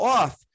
off